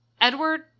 Edward